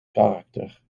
karakter